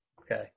Okay